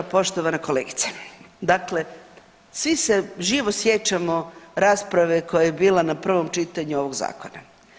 Poštovana kolegice, dakle svi se živo sjećamo rasprave koja je bila na prvom čitanju ovoga Zakona.